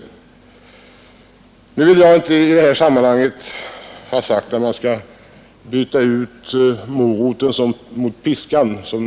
Nu vill jag med detta inte ha sagt att man bör byta ut moroten mot piskan.